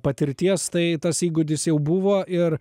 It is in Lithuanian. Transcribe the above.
patirties tai tas įgūdis jau buvo ir